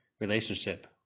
relationship